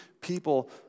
people